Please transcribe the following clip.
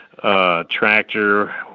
tractor